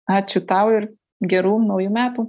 ačiū tau ir gerų naujų metų